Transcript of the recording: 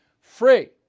free